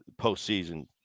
postseason